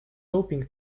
doping